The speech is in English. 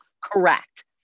Correct